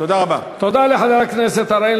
אתה מגנה את "תג מחיר"?